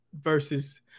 versus